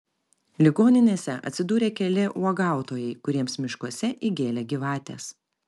ligoninėse atsidūrė keli uogautojai kuriems miškuose įgėlė gyvatės